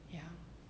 ya